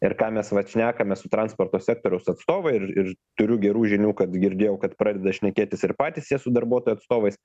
ir ką mes vat šnekame su transporto sektoriaus atstovai ir ir turiu gerų žinių kad girdėjau kad pradeda šnekėtis ir patys jie su darbuotojų atstovais